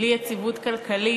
בלי יציבות כלכלית,